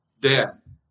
death